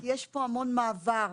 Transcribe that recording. יש פה המון מעבר,